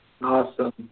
Awesome